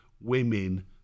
women